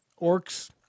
orcs